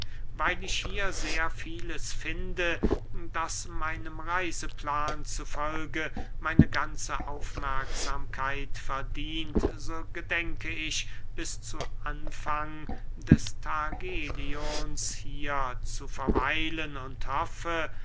weil ich hier sehr vieles finde das meinem reiseplan zu folge meine ganze aufmerksamkeit verdient so gedenke ich bis zu anfang des thargelions hier zu verweilen und hoffe